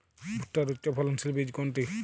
ভূট্টার উচ্চফলনশীল বীজ কোনটি?